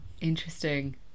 interesting